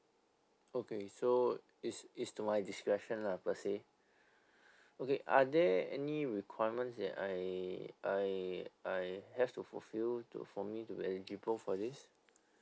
okay so it's it's to my discretion lah per say okay are there any requirements that I I I have to fulfill to for me to be eligible for this